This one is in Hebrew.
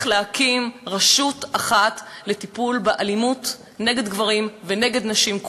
להקים רשות אחת לטיפול באלימות נגד גברים ונגד נשים,